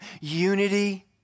unity